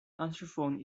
answerphone